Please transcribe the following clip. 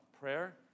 prayer